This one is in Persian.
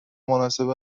مناسب